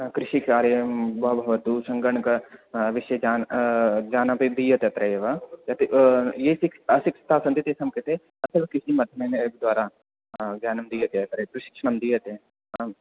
कृषिकार्यं वा भवतु सङ्गणकविषितान् ज्ञानपि दीयते अत्रैव ये सिक्स् अशिक्षिताः सन्ति तेषां कृते अत्रैव द्वारा ज्ञानं दीयते अत्र प्रशिक्षणं दीयते आम्